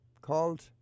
called